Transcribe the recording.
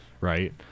right